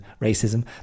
racism